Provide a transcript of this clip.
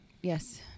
Yes